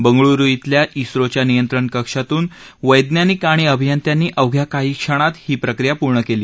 बंगळुरू शिल्या शिक्षोच्या नियंत्रण कक्षातून वैज्ञानिक आणि अभियंत्यांनी अवघ्या काही क्षणांत ही प्रक्रिया पूर्ण केली